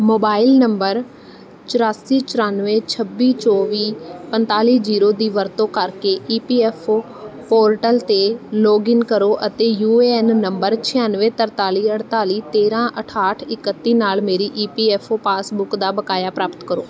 mobile number ਚੁਰਾਸੀ ਚੁਰਾਨਵੇਂ ਛੱਬੀ ਚੌਵੀ ਪੰਤਾਲੀ ਜੀਰੋ ਦੀ ਵਰਤੋਂ ਕਰਕੇ E P F O portal 'ਤੇ ਲੌਗਇਨ ਕਰੋ ਅਤੇ ਯੂ ਏ ਐਨ ਨੰਬਰ ਛਿਆਨਵੇਂ ਤਰਤਾਲੀ ਅਠਤਾਲੀ ਤੇਰਾਂ ਅਠਾਹਠ ਇਕੱਤੀ ਨਾਲ ਮੇਰੀ E P F O passbook ਦਾ ਬਕਾਇਆ ਪ੍ਰਾਪਤ ਕਰੋ